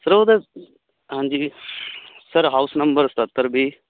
ਫਿਰ ਉਹਦੇ ਹਾਂਜੀ ਸਰ ਹਾਊਸ ਨੰਬਰ ਸਤੱਤਰ ਵੀਹ